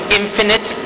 infinite